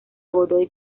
godoy